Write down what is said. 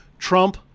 Trump